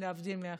להבדיל מאחרים,